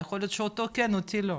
יכול להיות שאותו כן ואותי לא.